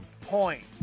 point